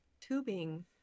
tubing